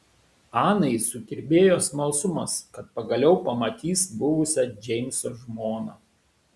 anai sukirbėjo smalsumas kad pagaliau pamatys buvusią džeimso žmoną